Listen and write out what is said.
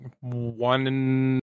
one